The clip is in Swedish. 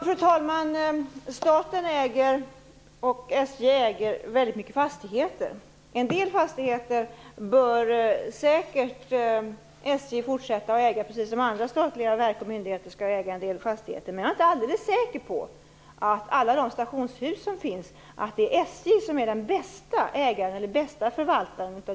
Fru talman! Staten och SJ äger väldigt många fastigheter. En del fastigheter bör SJ säkert fortsätta att äga, precis som andra statliga verk och myndigheter skall äga en del fastigheter. Men jag är inte alldeles säker på att SJ är den bästa ägaren eller förvaltaren av alla de stationshus som finns.